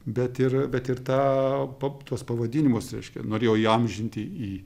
bet ir bet ir tą tuos pavadinimus reiškia norėjo įamžinti į